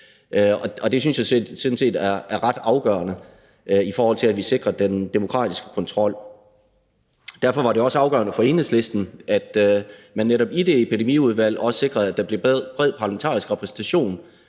jeg sådan set er ret afgørende, i forhold til at vi sikrer den demokratiske kontrol. Derfor var det også afgørende for Enhedslisten, at man netop i det Epidemiudvalg også sikrede, at der blev en bred parlamentarisk repræsentation,